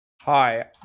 hi